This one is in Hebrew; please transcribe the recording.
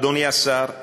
אדוני השר,